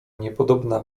niepodobna